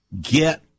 get